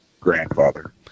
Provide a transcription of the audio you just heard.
grandfather